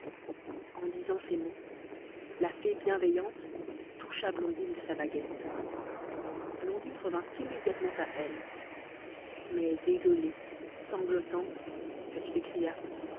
en disant ces mots la fée bienveillante toucha blondine de sa baguette blondine revint immédiatement à elle mais désolée sanglotante elle s'écria